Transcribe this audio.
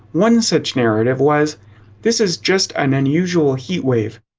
one such narrative was this is just an unusual heat wave,